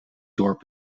dorp